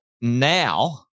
now